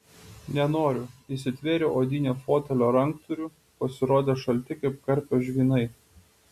nenoriu įsitvėriau odinio fotelio ranktūrių pasirodė šalti kaip karpio žvynai